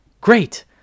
Great